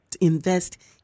invest